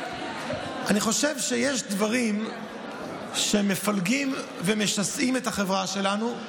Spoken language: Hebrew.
אני חושב שיש דברים שמפלגים ומשסעים את החברה שלנו,